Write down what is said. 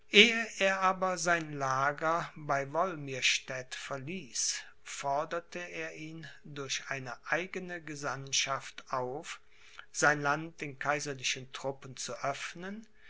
er aber sein lager bei wolmirstädt verließ forderte er ihn durch eine eigene gesandtschaft auf sein land den kaiserlichen truppen zu öffnen